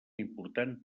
important